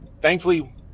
thankfully